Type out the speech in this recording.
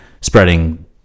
spreading